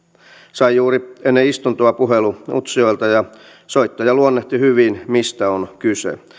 sain juuri ennen istuntoa puhelun utsjoelta ja soittaja luonnehti hyvin mistä on kyse